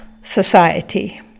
society